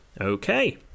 Okay